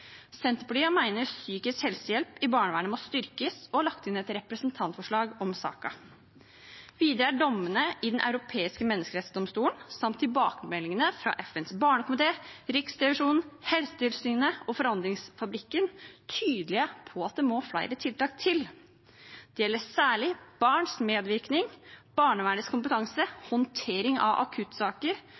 Senterpartiet mener psykisk helsehjelp i barnevernet må styrkes, og har lagt inn et representantforslag om saken. Videre er dommene i Den europeiske menneskerettsdomstol samt i tilbakemeldingene fra FNs barnekomité, Riksrevisjonen, Helsetilsynet og Forandringsfabrikken tydelige på at det må flere tiltak til. Det gjelder særlig barns medvirkning, barnevernets kompetanse, håndtering av akuttsaker,